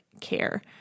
care